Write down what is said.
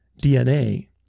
DNA